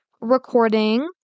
recording